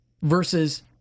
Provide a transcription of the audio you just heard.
versus